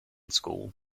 school